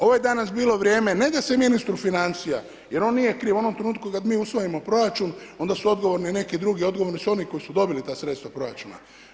Ovo je danas bilo vrijeme ne da se ministru financija jer on nije kriv u onom trenutku kad mi usvojimo proračun onda su odgovorni neki drugi, odgovorni su oni koji su dobili ta sredstva proračuna.